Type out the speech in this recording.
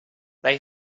they